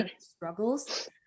struggles